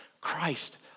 Christ